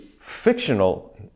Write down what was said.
fictional